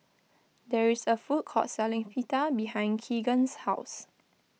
there is a food court selling Pita behind Keagan's house